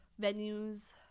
venues